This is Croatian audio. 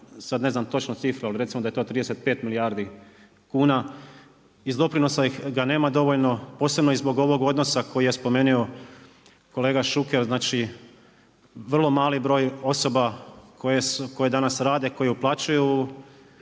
sad ne znam točno cifru, ali recimo da je to 35 milijardi kuna iz doprinosa ga nema dovoljno posebno i zbog ovog odnosa koji je spomenuo kolega Šuker. Znači vrlo mali broj osoba koje danas rade, koji uplaćuju